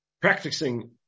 practicing